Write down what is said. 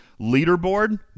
leaderboard